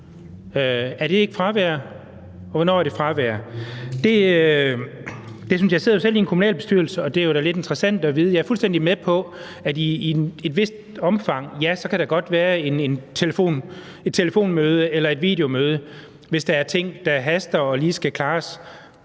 Er det ikke fravær? Hvornår er det fravær? Jeg sidder selv i en kommunalbestyrelse, og det er jo da lidt interessant at vide. Jeg er fuldstændig med på, at i et vist omfang kan der godt være et telefonmøde eller et videomøde, hvis der er ting, der haster og lige skal klares,